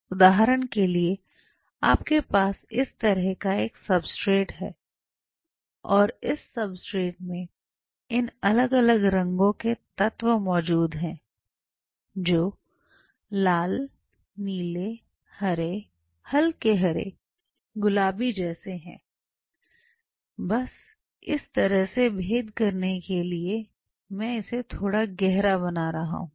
उदाहरण के लिए आपके पास इस तरह का एक सब्सट्रेट है और इस सब्सट्रेट में इन अलग अलग रंगों के तत्व मौजूद हैं जो लाल नीले हरे हल्के हरे गुलाबी जैसे हैं बस इस तरह से भेद करने के लिए कि मैं इसे थोड़ा गहरा बना रहा हूं